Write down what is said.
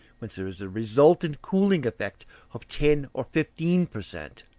whence there is a resultant cooling effect of ten or fifteen per cent.